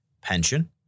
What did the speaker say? Pension